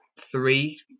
three